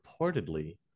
reportedly